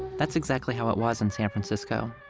that's exactly how it was in san francisco.